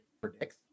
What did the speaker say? predicts